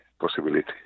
possibility